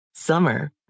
Summer